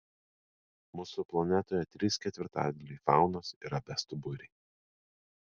mūsų planetoje trys ketvirtadaliai faunos yra bestuburiai